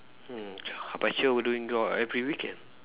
mm how about you what doing all every weekend